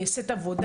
בסיור,